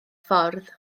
ffordd